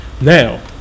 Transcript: now